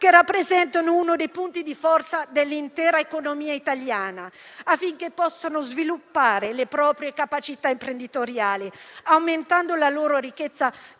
che rappresentano uno dei punti di forza dell'intera economia italiana, affinché possano sviluppare le proprie capacità imprenditoriali, aumentando la loro ricchezza